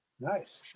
Nice